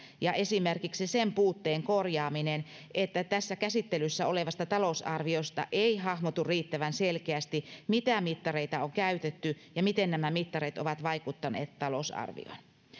ja esimerkiksi sen puutteen korjaaminen että tässä käsittelyssä olevasta talousarviosta ei hahmotu riittävän selkeästi mitä mittareita on käytetty ja miten nämä mittarit ovat vaikuttaneet talousarvioon